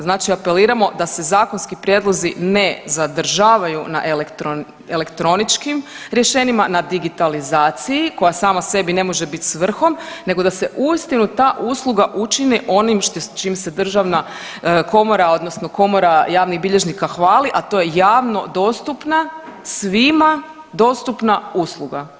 Znači apeliramo da se zakonski prijedlozi ne zadržavaju na elektroničkim rješenjima na digitalizaciji koja sama sebi ne može bit svrhom nego da se uistinu ta usluga učini onim s čim se državna komora odnosno Komora javnih bilježnika hvali, a to je javno dostupna svima dostupna usluga.